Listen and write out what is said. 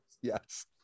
Yes